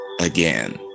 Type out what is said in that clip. again